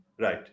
right